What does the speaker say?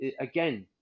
again